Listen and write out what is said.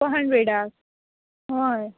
four हंड्रेडा हय